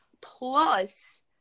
Plus